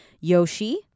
Yoshi